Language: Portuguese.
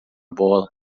bola